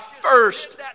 first